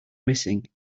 missing